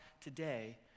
today